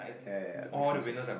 ya ya ya makes more sense